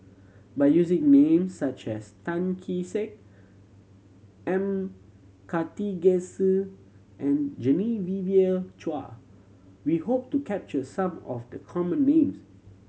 by using names such as Tan Kee Sek M Karthigesu and Genevieve Chua we hope to capture some of the common names